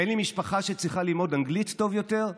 אין לי משפחה שצריכה ללמוד אנגלית טוב יותר?